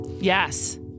Yes